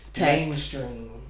mainstream